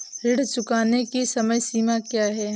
ऋण चुकाने की समय सीमा क्या है?